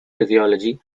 physiology